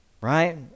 Right